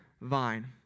vine